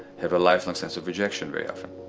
have a lifelong sense of rejection very often.